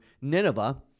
Nineveh